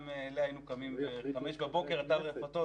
אליה היינו קמים ב-05:00 בבוקר: אתה לרפתות,